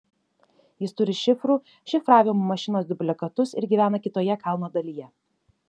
jis turi šifrų šifravimo mašinos dublikatus ir gyvena kitoje kalno dalyje